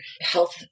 health